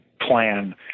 plan